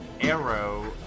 arrow